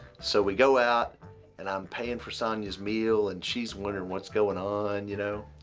so we go out and i'm paying for sonya's meal and she's wondering what's going on you know.